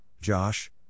Josh